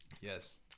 Yes